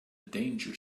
danger